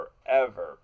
forever